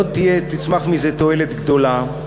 לא תצמח מזה תועלת גדולה,